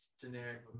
generic